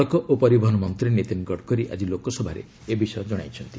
ସଡ଼କ ଓ ପରିବହନ ମନ୍ତ୍ରୀ ନୀତିନ ଗଡ଼କରୀ ଆଜି ଲୋକସଭାରେ ଏ ବିଷୟ ଜଣାଇଛନ୍ତି